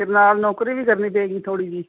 ਅਤੇ ਨਾਲ ਨੌਕਰੀ ਵੀ ਕਰਨੀ ਪਏਗੀ ਥੋੜ੍ਹੀ ਜਿਹੀ